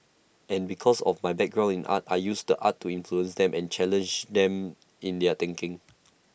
and because of my background in art I used art to influence them and challenge them in their thinking